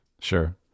sure